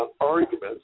arguments